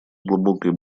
глубокой